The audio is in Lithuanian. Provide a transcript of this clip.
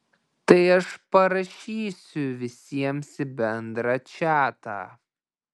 tai aš parašysiu visiems į bendrą čatą